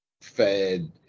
fed